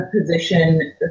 position